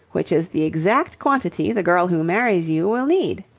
which is the exact quantity the girl who marries you will need.